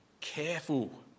careful